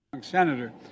Senator